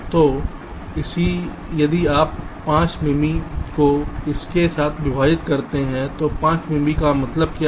तो यदि आप 5 मिमी को इसके साथ विभाजित करते हैं तो 5 मिमी का मतलब क्या है